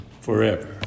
forever